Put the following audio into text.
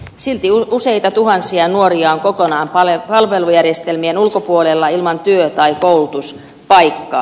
silti useita tuhansia nuoria on kokonaan palvelujärjestelmien ulkopuolella ilman työ tai koulutuspaikkaa